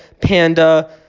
Panda